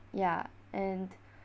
ya and